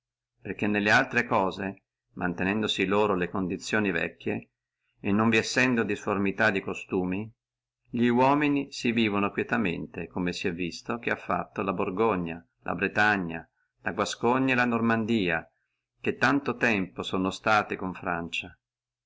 perché nelle altre cose mantenendosi loro le condizioni vecchie e non vi essendo disformità di costumi li uomini si vivono quietamente come sè visto che ha fatto la borgogna la brettagna la guascogna e la normandia che tanto tempo sono state con francia